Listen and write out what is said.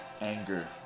anger